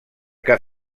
que